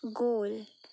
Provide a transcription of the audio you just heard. गोल